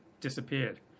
disappeared